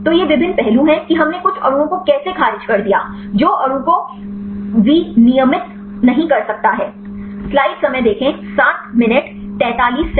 तो ये विभिन्न पहलू हैं कि हमने कुछ अणुओं को कैसे खारिज कर दिया जो अणु को विनियमित नहीं कर सकता है